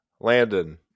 Landon